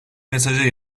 mesajı